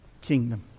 kingdom